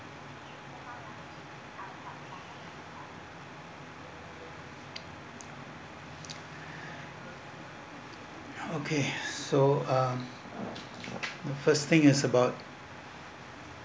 okay so um the first thing is about